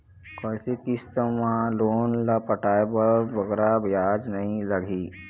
कइसे किस्त मा लोन ला पटाए बर बगरा ब्याज नहीं लगही?